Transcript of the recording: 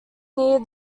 near